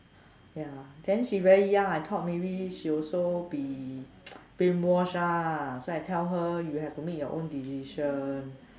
ya then she very young I thought maybe she also been brainwashed ah so I tell her you have to make your own decision